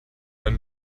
ein